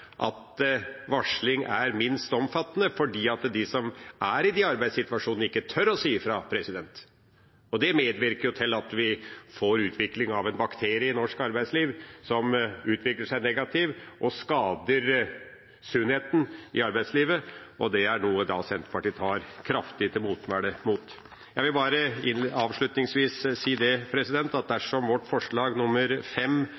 at varsling er minst omfattende, fordi de som er i de arbeidssituasjonene, ikke tør å si fra. Det medvirker til at vi får en utvikling av en bakterie som er negativ, og som skader sunnheten i norsk arbeidsliv, og det er noe Senterpartiet tar kraftig til motmæle mot. Jeg vil avslutningsvis si